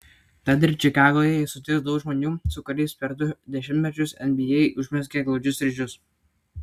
tad ir čikagoje jis sutiks daug žmonių su kuriais per du dešimtmečius nba užmezgė glaudžius ryšius